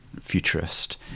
futurist